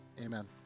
amen